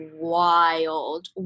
wild